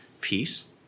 peace